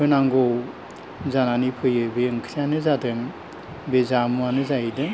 होनांगौ जानानै फैयो बे ओंख्रियानो जादों बे जामुवानो जाहैदों